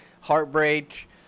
heartbreak